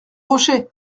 rocher